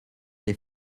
les